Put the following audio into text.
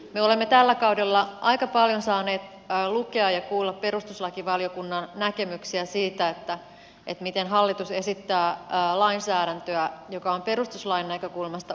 me olemme tällä kaudella aika paljon saaneet lukea ja kuulla perustuslakivaliokunnan näkemyksiä siitä miten hallitus esittää lainsäädäntöä joka on perustuslain näkökulmasta ongelmallinen